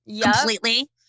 completely